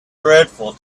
dreadful